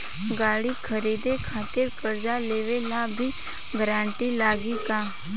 गाड़ी खरीदे खातिर कर्जा लेवे ला भी गारंटी लागी का?